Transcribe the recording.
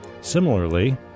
Similarly